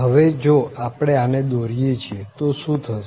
હવે જો આપણે આને દોરીયે છીએ તો શું થશે